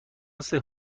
لیسانس